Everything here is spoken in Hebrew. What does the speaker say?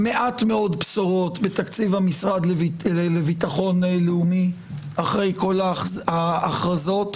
מעט מאוד בשורות בתקציב המשרד לביטחון לאומי אחרי כל ההכרזות,